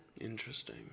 Interesting